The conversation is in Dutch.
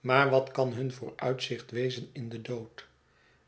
maar wat kan hun vooruitzicht wezen in den dood